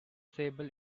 sable